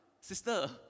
sister